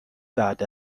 بعد